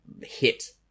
hit